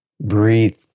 breathe